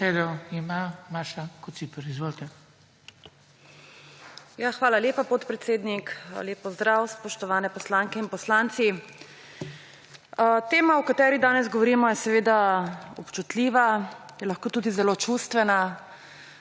Besedo ima Maša Kociper. Izvolite. **MAŠA KOCIPER (PS SAB):** Hvala lepa, podpredsednik. Lep pozdrav, spoštovane poslanke in poslanci! Tema, o kateri danes govorimo, je seveda občutljiva, je lahko tudi zelo čustvena.